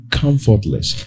comfortless